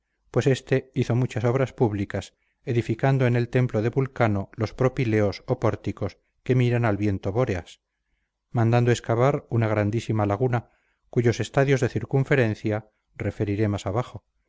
pues éste hizo muchas obras públicas edificando en el templo de vulcano los propileos o pórticos que miran al viento bóreas mandando excavar una grandísima laguna cuyos estadios de circunferencia referiré más abajo